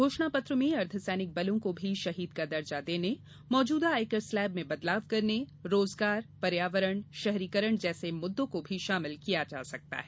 घोषणा पत्र में अर्धसैनिक बलों को भी शहीद का दर्जा देने मौजूदा आयकर स्लैब में बदलाव करने रोजगार पर्यावरण शहरीकरण जैसे मुद्दों को भी शामिल किया जा सकता है